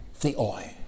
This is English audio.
Theoi